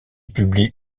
publie